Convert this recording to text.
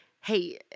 hey